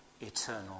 eternal